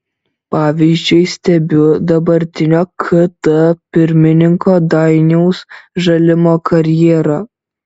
pavyzdžiui stebiu dabartinio kt pirmininko dainiaus žalimo karjerą